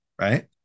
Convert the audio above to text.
right